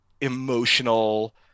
emotional